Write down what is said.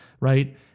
right